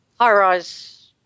high-rise